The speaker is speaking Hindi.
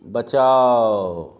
बचाओ